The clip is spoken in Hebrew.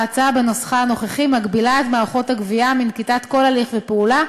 ההצעה בנוסחה הנוכחי מגבילה את מערכות הגבייה מנקיטת כל הליך ופעולה,